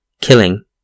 killing